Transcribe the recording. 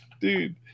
dude